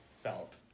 felt